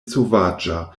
sovaĝa